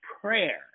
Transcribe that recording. prayer